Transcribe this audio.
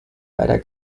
leider